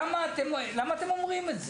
למה אתם אומרים את זה?